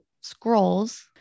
scrolls